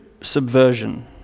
subversion